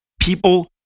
People